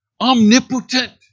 omnipotent